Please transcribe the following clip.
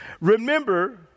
Remember